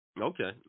Okay